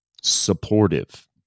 supportive